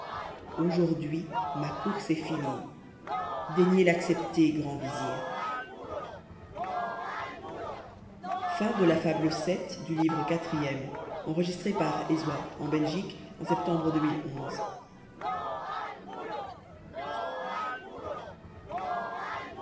aujourd'hui ma course est finie daignez l'accepter grand visir